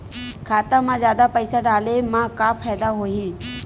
खाता मा जादा पईसा डाले मा का फ़ायदा होही?